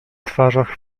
twarzach